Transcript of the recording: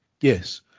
yes